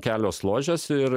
kelios ložės ir